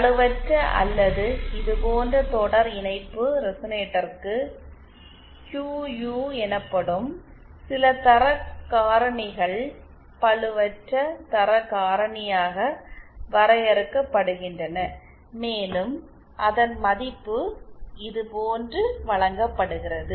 பளுவற்ற அல்லது இது போன்ற தொடர் இணைப்பு ரெசனேட்டருக்கு க்கியூ எனப்படும் சில தரக் காரணிகள் பளுவற்ற தரக் காரணியாக வரையறுக்கப்படுகின்றன மேலும் அதன் மதிப்பு இதுபோன்று வழங்கப்படுகிறது